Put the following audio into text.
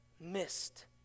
missed